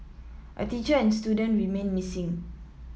a teacher and student remain missing